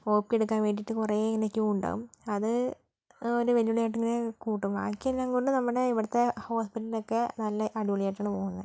O P എടുക്കാൻ വേണ്ടിയിട്ട് കുറേ ഇങ്ങനെ ക്യു ഉണ്ടാകും അത് ഒരു വെല്ലുവിളി ആയിട്ട് തന്നെ കൂട്ടും ബാക്കിയെല്ലാം കൊണ്ട് നമ്മുടെ ഇവിടുത്തെ ഹോസ്പിറ്റലൊക്കെ നല്ല അടിപൊളിയായിട്ടാണ് പോകുന്നത്